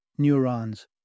neurons